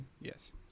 Yes